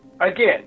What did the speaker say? Again